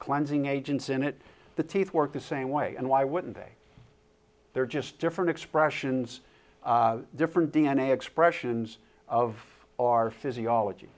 cleansing agents in it the teeth work the same way and why wouldn't say they're just different expressions different d n a expressions of our physiology